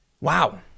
Wow